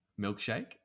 Milkshake